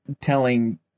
telling